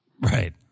Right